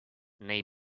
nei